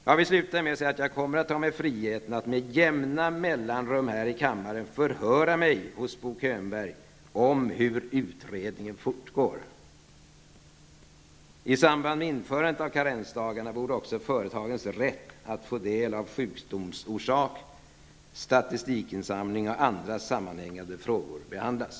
Jag vill avsluta med att säga att jag kommer att ta mig friheten att med jämna mellanrum här i kammaren förhöra mig hos Bo Könberg om hur utredningen fortgår. I samband med införandet av karensdagarna borde också företagens rätt att få del av sjukdomsorsak, statistikinsamling och andra sammanhängande frågor behandlas.